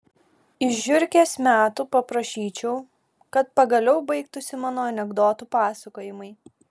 iš žiurkės metų paprašyčiau kad pagaliau baigtųsi mano anekdotų pasakojimai